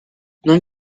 non